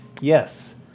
Yes